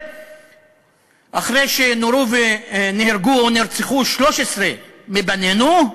אחרי שנורו ונהרגו, או נרצחו, 13 מבנינו,